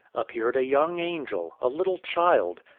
appeared a young angel, a little child,